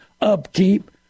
upkeep